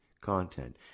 content